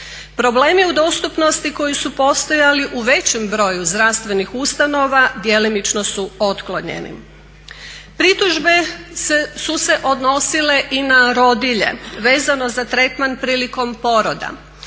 Problemi u dostupnosti koji su postojali u većem broju zdravstvenih ustanova djelomično su otklonjeni. Pritužbe su se odnosile i na rodilje, vezano za tretman prilikom poroda